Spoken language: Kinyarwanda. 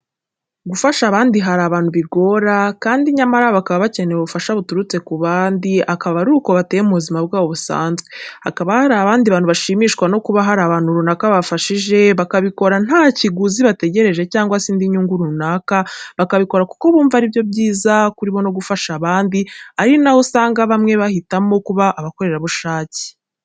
Gufasha abandi hari abantu bigora kandi nyamara bo bakaba bakenera ubufasha buturutse ku bandi akaba aruko bateye mu buzima bwabo busanzwe. Hakaba hari n'abandi bantu bashimishwa no kuba hari abantu runaka bafashije kandi bakabikora nta kiguzi bategereje cyangwa se indi nyungu runaka bakabikora kuko bumva ari byo byiza kuri bo gufasha abandi ari na'ho kandi usanga bamwe bahitamo kuba abakorerabushake.